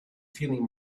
feeling